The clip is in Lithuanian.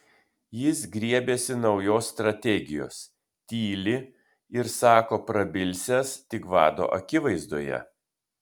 jis griebiasi naujos strategijos tyli ir sako prabilsiąs tik vado akivaizdoje